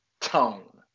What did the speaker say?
tone